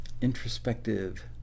introspective